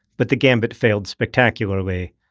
but the gambit failed spectacularly,